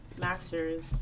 master's